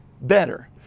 better